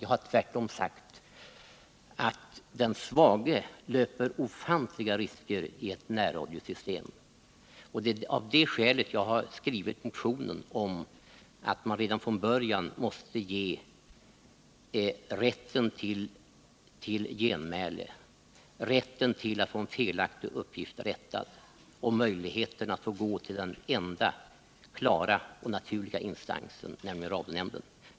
Jag har tvärtom sagt att den svage löper ofantliga risker i ett närradiosystem. Det är av det skälet som jag har skrivit motionen om att man redan från början måste ha bestämmelser som ger rätten till genmäle, rätten till att få en felaktig uppgift korrigerad och möjligheter att vända sig till den enda naturliga instansen, radionämnden.